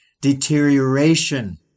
Deterioration